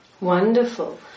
Wonderful